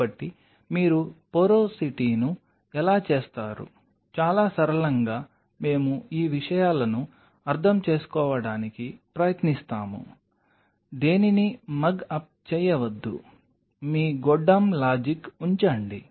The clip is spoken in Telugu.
కాబట్టి మీరు పోరోసిటీను ఎలా చేస్తారు చాలా సరళంగా మేము ఈ విషయాలను అర్థం చేసుకోవడానికి ప్రయత్నిస్తాము దేనినీ మగ్ అప్ చేయవద్దు మీ గొడ్డామ్ లాజిక్ ఉంచండి